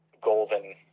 golden